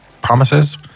promises